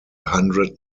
hundred